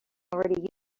already